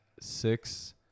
six